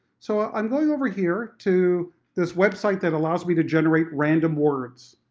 so i'm going over here to this website that allows me to generate random words,